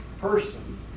person